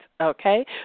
Okay